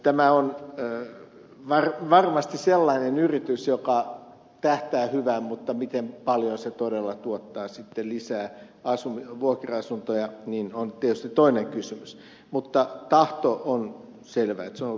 tämä on varmasti sellainen yritys joka tähtää hyvään mutta miten paljon se todella tuottaa sitten lisää vuokra asuntoja on tietysti toinen kysymys mutta selvä on että tahto ollut positiivinen